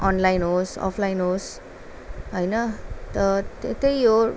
online होस् offline होस् होइन त त्यही हो